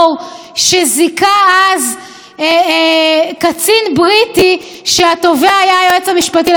שזיכה אז קצין בריטי כשהתובע היה היועץ המשפטי לממשלה.